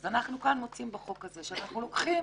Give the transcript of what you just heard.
אנחנו כאן מוצאים בחוק הזה שאנחנו לוקחים